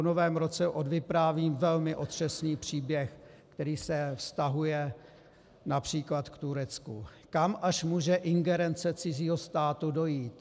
Novém roce odvyprávím velmi otřesný příběh, který se vztahuje např. k Turecku, kam až může ingerence cizího státu dojít.